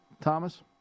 Thomas